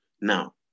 Now